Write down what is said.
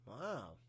Wow